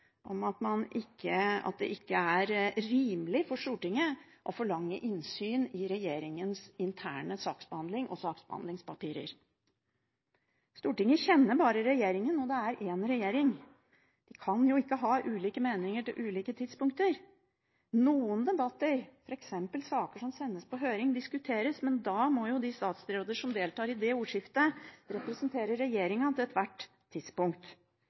om at det ikke er rimelig for Stortinget å forlange innsyn i regjeringens interne saksbehandling og saksbehandlingspapirer. Stortinget kjenner bare regjeringen, og det er én regjering. Vi kan ikke ha ulike meninger til ulike tidspunkter. Noen debatter, f.eks. saker som sendes på høring, diskuteres, men da må de statsrådene som deltar i det ordskiftet, representere regjeringen til ethvert tidspunkt.